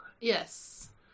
Yes